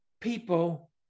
People